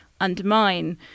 undermine